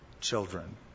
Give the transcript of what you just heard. children